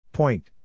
Point